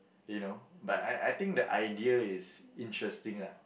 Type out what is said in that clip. you know but I I think the idea is interesting lah